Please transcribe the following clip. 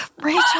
Rachel